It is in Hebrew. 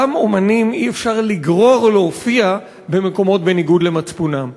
גם אמנים אי-אפשר לגרור להופיע במקומות בניגוד למצפונם.